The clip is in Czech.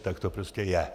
Tak to prostě je.